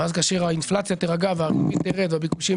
ואז כאשר האינפלציה תירגע והריבית תרד והביקושים